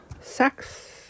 sex